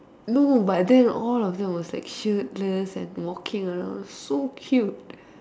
no but then all of them were shirtless and walking around so cute